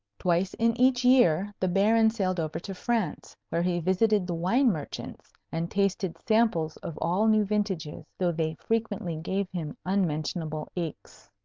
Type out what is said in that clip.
twice in each year the baron sailed over to france, where he visited the wine-merchants, and tasted samples of all new vintages though they frequently gave him unmentionable aches.